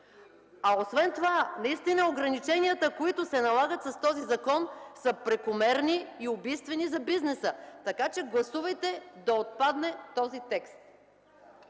А освен това, наистина ограниченията, които се налагат с този закон, са прекомерни и убийствени за бизнеса. Така че гласувайте да отпадне този текст.